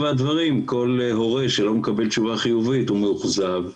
הדברים כל הורה שלא מקבל תשובה חיובית הוא מאוכזב,